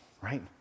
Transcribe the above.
right